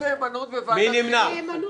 מי נמנע?